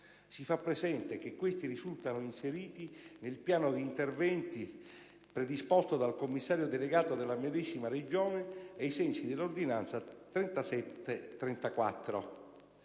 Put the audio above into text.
si fa presente che questi risultano inseriti nel piano di interventi predisposto dal commissario delegato della medesima Regione, ai sensi della suddetta ordinanza n. 3734.